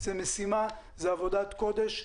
זאת משימה, זאת עבודת קודש.